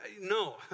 No